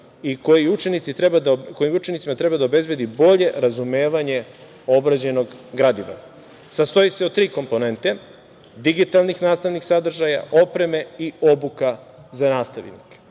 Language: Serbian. i koji učenicima treba da obezbedi bolje razumevanje obrađenog gradiva. Sastoji se od tri komponente digitalnih nastavnih sadržaja, opreme i obuka za nastavnike. Digitalni